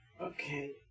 Okay